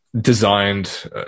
designed